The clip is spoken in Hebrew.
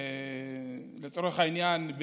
לצורך העניין,